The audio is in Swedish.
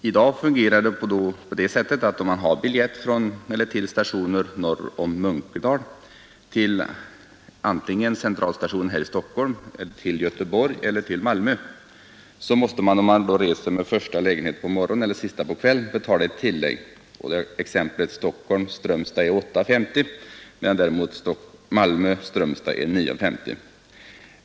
I dag fungerar det på så sätt att om man har biljett från station norr om Munkedal till centralstationen här i Stockholm, till Göteborg eller till Malmö, så måste man — om man reser med första lägenhet på morgonen eller sista på kvällen — betala ett tillägg, exempelvis Strömstad— Stockholm 8:50 och Strömstad--Malmö 9:50.